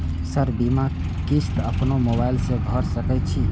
Sir बीमा किस्त अपनो मोबाईल से भर सके छी?